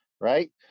right